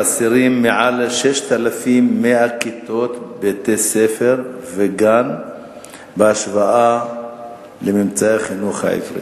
חסרים בו מעל 6,100 כיתות בתי-ספר וגן בהשוואה לממצאי החינוך העברי.